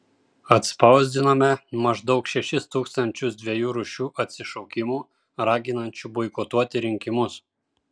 atspausdinome maždaug šešis tūkstančius dviejų rūšių atsišaukimų raginančių boikotuoti rinkimus